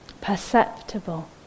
perceptible